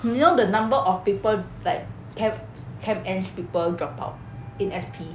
you know the number of people like chem chem engineering drop out in S_P